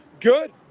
Good